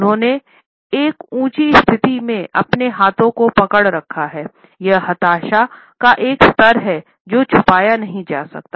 उन्होनें एक ऊंची स्थिति में अपने हाथों को पकड़ रखा हैं यह हताशा का एक स्तर है जो छुपाया नहीं जा सकता है